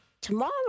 Tomorrow